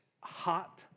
hot